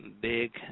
big